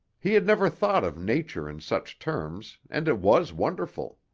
he had never thought of nature in such terms and it was wonderful.